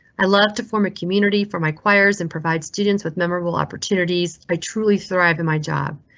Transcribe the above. i love to form a community for my choirs and provide students with memorable opportunities. i truly thrive in my job.